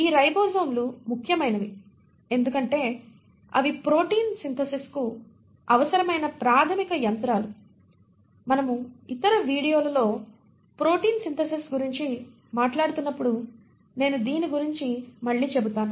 ఈ రైబోజోమ్లు ముఖ్యమైనవి ఎందుకంటే అవి ప్రోటీన్ సింథసిస్ కు అవసరమైన ప్రాథమిక యంత్రాలు మనము ఇతర వీడియోలలో ప్రోటీన్ సింథసిస్ గురించి మాట్లాడుతున్నప్పుడు నేను దీని గురించి మళ్ళీ చెబుతాను